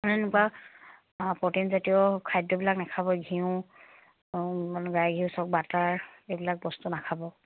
এনেকুৱা প্ৰটিনজাতীয় খাদ্যবিলাক নাখাবই ঘিঁউ গাই ঘিঁউ বাটাৰ এইবিলাক বস্তু নাখাব